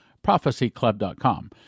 prophecyclub.com